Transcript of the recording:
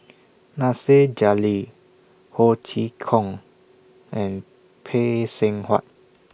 Nasir Jalil Ho Chee Kong and Phay Seng Whatt